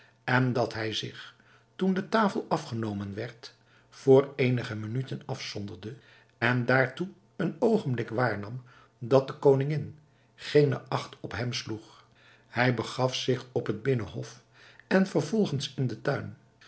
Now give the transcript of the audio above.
en dat hij zich toen de tafel afgenomen werd voor eenige minuten afzonderde en daartoe een oogenblik waarnam dat de koningin geene acht op hem sloeg hij begaf zich op het binnenhof en vervolgens in den tuin